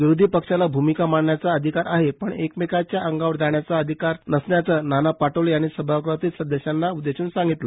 विरोधी पक्षांना भूमिका मांडण्याचा अधिकार आहे पण एकमेकांच्या आगांवर जाण्याचा अधिकार नसल्याचं नाना पटोले यांनी सभागृहातील सदस्यांना उददेशून सांगितलं